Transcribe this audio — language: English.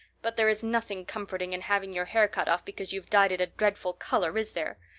but there is nothing comforting in having your hair cut off because you've dyed it a dreadful color, is there?